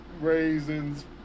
raisins